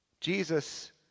Jesus